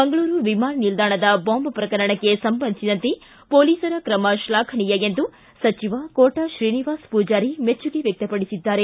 ಮಂಗಳೂರು ವಿಮಾನ ನಿಲ್ಲಾಣದ ಬಾಂಬ್ ಪ್ರಕರಣಕ್ಕೆ ಸಂಬಂಧಿಸಿದಂತೆ ಮೊಲೀಸರ ಕ್ರಮ ಶ್ಲಾಘನೀಯ ಎಂದು ಸಚಿವ ಕೋಟಾ ಶ್ರೀನಿವಾಸ ಮೂಜಾರಿ ಮೆಚ್ಚುಗೆ ವ್ಯಕ್ತಪಡಿಸಿದರು